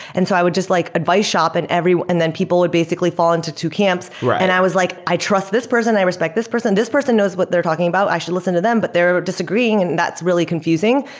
and so i would just like advice shop and and then people would basically fall into two camps and i was like, i trust this person. i respect this person. this person knows what they're talking about. i should listen to them, but they're disagreeing, and that's really confusing.